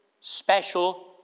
special